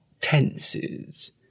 tenses